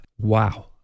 wow